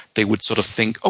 they would sort of think, ah